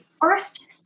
first